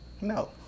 No